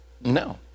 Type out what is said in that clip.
no